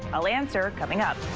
i'll answer coming up.